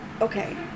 Okay